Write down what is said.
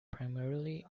primarily